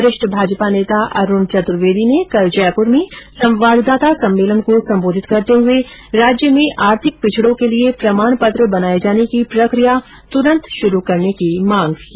वरिष्ठ भाजपा नेता अरूण चतुर्वेदी ने कल जयपुर में संवाददाता सम्मेलन को संबोधित करते हुए राज्य में आर्थिक पिछडों के लिए प्रमाण पत्र बनाये जाने की प्रकिया तुरंत शुरू करने की मांग की